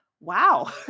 wow